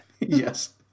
Yes